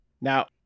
Now